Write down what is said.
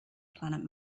planet